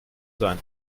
sein